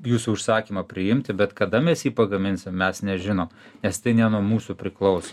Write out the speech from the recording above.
jūsų užsakymą priimti bet kada mes jį pagaminsim mes nežinom nes tai ne nuo mūsų priklauso